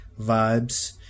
vibes